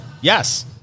Yes